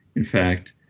in fact,